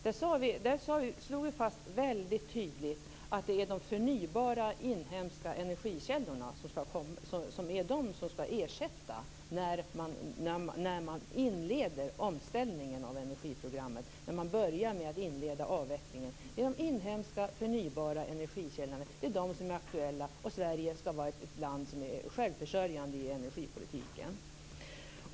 Där slår vi väldigt tydligt fast att det är de förnybara inhemska energikällorna som är de energikällor som skall ersätta när man inleder omställningen av energiprogrammet. Man inleder avvecklingen med inhemska förnybara energikällor. Det är de som är aktuella. Sverige skall vara ett självförsörjande land när det gäller energipolitiken.